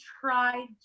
tried